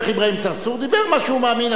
השיח' אברהים צרצור דיבר מה שהוא מאמין,